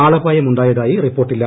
ആളപായമുണ്ടായതായി റിപ്പോർട്ടില്ല